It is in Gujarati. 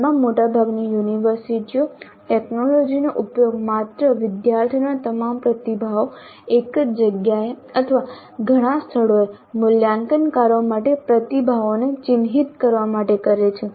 હાલમાં મોટાભાગની યુનિવર્સિટીઓ ટેક્નોલોજીનો ઉપયોગ માત્ર વિદ્યાર્થીઓના તમામ પ્રતિભાવો એક જ જગ્યાએ અથવા ઘણા સ્થળોએ મૂલ્યાંકનકારો માટે પ્રતિભાવોને ચિહ્નિત કરવા માટે કરે છે